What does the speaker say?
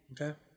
Okay